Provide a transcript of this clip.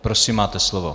Prosím, máte slovo.